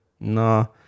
no